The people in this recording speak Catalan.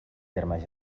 termes